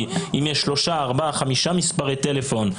אם יש 3-5 מספרי טלפון,